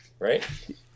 Right